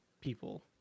people